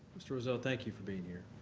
mr. roesel, thank you for being here.